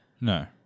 No